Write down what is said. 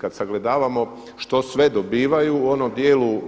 Kad sagledavamo što sve dobivaju u onom dijelu